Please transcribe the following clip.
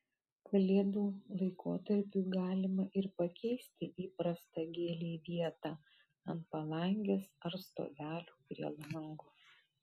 kalėdų laikotarpiui galima ir pakeisti įprastą gėlei vietą ant palangės ar stovelių prie lango